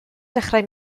dechrau